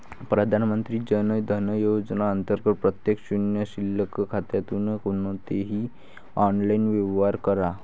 प्रधानमंत्री जन धन योजना अंतर्गत प्रत्येक शून्य शिल्लक खात्यातून कोणतेही ऑनलाइन व्यवहार करा